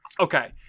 Okay